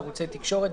בערוצי תקשורת,